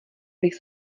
bych